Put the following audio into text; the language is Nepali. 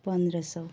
पन्ध्र सौ